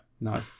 No